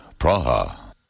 Praha